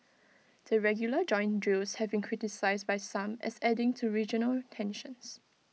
the regular joint drills have been criticised by some as adding to regional tensions